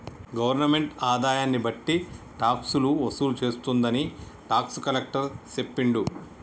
governmental ఆదాయన్ని బట్టి టాక్సులు వసూలు చేస్తుందని టాక్స్ కలెక్టర్ సెప్పిండు